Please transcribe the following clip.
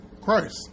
Christ